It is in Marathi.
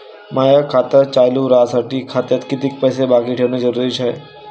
माय खातं चालू राहासाठी खात्यात कितीक पैसे बाकी ठेवणं जरुरीच हाय?